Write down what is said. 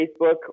Facebook